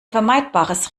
vermeidbares